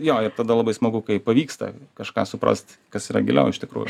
jo ir tada labai smagu kai pavyksta kažką suprast kas yra giliau iš tikrųjų